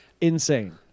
Insane